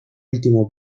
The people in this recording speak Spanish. último